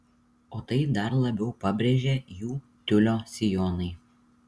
o tai dar labiau pabrėžia jų tiulio sijonai